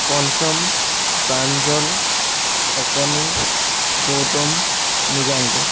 পঞ্চম প্ৰাঞ্জল অকণি গৌতম মৃগাংক